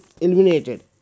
eliminated